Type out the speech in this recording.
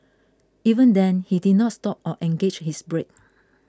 even then he did not stop or engaged his brake